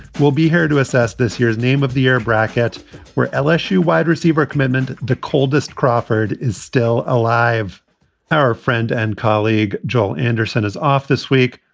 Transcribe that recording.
we'll be here to assess this year's name of the year bracket where lsu wide receiver commitment the coldest crawford is still alive our friend and colleague joel anderson is off this week,